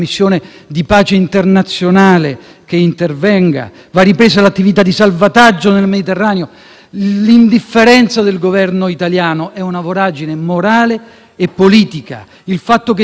l'indifferenza del Governo italiano è una voragine morale e politica. Il fatto che si agiti ossessivamente il tema dell'invasione è qualcosa di falso, una grande arma di distrazione di massa,